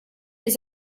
des